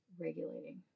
regulating